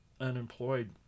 unemployed